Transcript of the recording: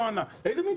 לא ענה,